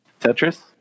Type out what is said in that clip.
Tetris